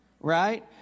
Right